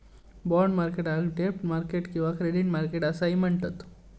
bond मार्केटाक डेब्ट market किंवा क्रेडिट मार्केट असाही म्हणतत